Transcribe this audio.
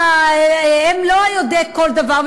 הם לא יודעי כל דבר,